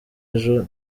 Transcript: ejo